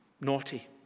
Naughty